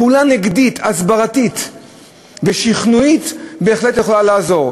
פעולה נגדית הסברתית ושכנועית בהחלט יכולה לעזור.